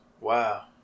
wow